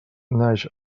naix